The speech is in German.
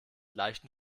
leichten